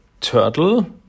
turtle